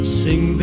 sing